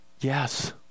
Yes